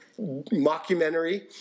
mockumentary